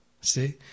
See